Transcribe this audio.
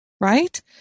right